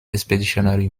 expeditionary